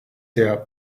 der